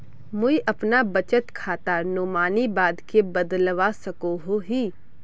मुई अपना बचत खातार नोमानी बाद के बदलवा सकोहो ही?